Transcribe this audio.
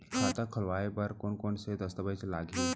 खाता खोलवाय बर कोन कोन से दस्तावेज लागही?